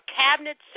cabinet